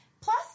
Plus